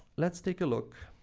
let's take a look.